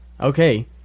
okay